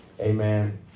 Amen